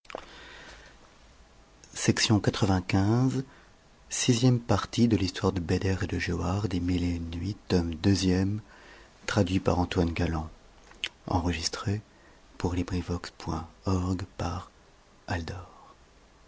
histoire de noareddin et de